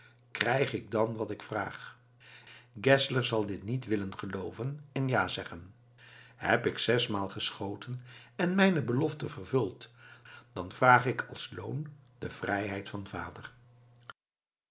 krijg ik dan wat ik vraag geszler zal dit niet willen gelooven en ja zeggen heb ik zesmaal geschoten en mijne belofte vervuld dan vraag ik als loon de vrijheid van vader